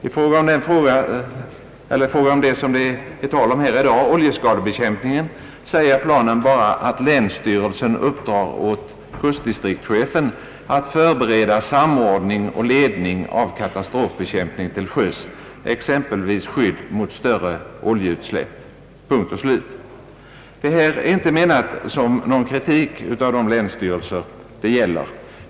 Beträffande den fråga vi i dag debatterar säger planen bara, att länsstyrelsen uppdrar åt kustdistriktschefen att förbereda samordning och ledning av katastrofbekämpning till sjöss, exempelvis skydd mot större oljeutsläpp — punkt och slut. Vad jag nu anfört är inte menat som kritik mot någon länsstyrelse.